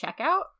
checkout